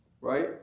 right